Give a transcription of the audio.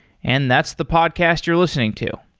and that's the podcast you're listening to.